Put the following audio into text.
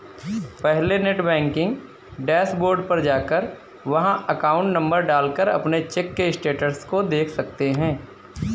पहले net banking dashboard पर जाकर वहाँ अकाउंट नंबर डाल कर अपने चेक के स्टेटस को देख सकते है